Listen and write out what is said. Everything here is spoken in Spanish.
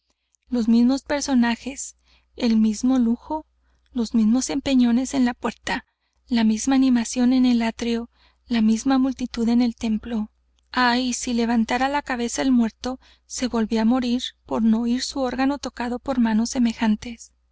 los mismos personajes el mismo lujo los mismos empellones en la puerta la misma animación en el átrio la misma multitud en el templo ay si levantara la cabeza el muerto se volvía á morir por no oir su órgano tocado por manos semejantes